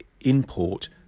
import